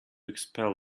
expel